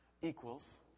equals